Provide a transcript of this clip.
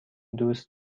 دوست